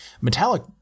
metallic